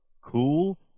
cool